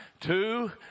two